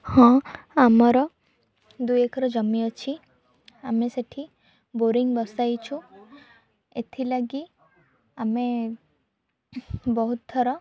ହଁ ଆମର ଦୁଇ ଏକର ଜମି ଅଛି ଆମେ ସେଠି ବୋରିଂ ବସାଇଛୁ ଏଥିଲାଗି ଆମେ ବହୁତ ଥର